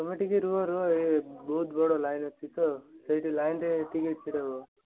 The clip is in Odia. ତୁମେ ଟିକେ ରୁହ ରୁହ ଏ ବହୁତ ବଡ଼ ଲାଇନ୍ ଅଛି ତ ସେଇଠି ଲାଇନ୍ରେ ଟିକେ ଛିଡ଼ା ହୁଅ